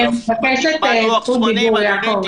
אני מבקשת זכות דיבור, יעקב.